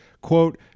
Quote